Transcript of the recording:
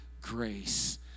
grace